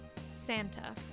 Santa